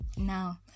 Now